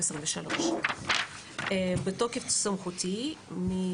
זה אמור להיות א', משהו לגמרי, טעות קטנה.